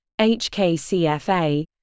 HKCFA